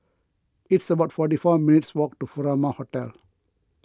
it's about forty four minutes' walk to Furama Hotel